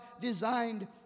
designed